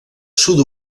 sud